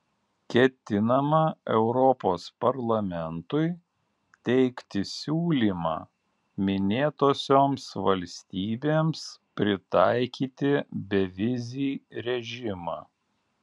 ketinama europos parlamentui teikti siūlymą minėtosioms valstybėms pritaikyti bevizį režimą